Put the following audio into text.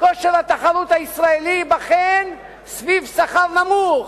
התחרות הישראלי ייבחן סביב שכר נמוך.